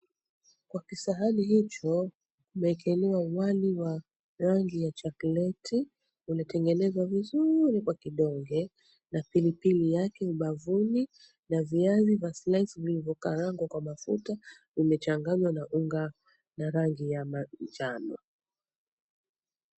Kwa kisahani hicho imewekelewa wali wa rangi ya chokoleti, umetengezwa vizuri kwa kidonge na pilipili yake ubavuni na viazi vya slice vilivyokarangwa kwa mafuta umechanganywa na unga ya rangi ya manjano.